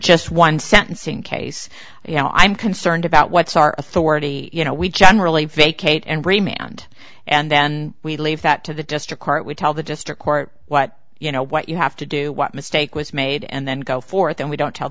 just one sentencing case you know i'm concerned about what's our authority you know we generally vacate and raymond and then we leave that to the district court we tell the district court what you know what you have to do what mistake was made and then go forth and we don't tell